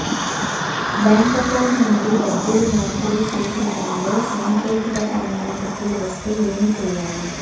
bank account నుండి డబ్బులు మార్పిడి సేసే టైములో సాంకేతికపరమైన తప్పులు వస్తే ఏమి సేయాలి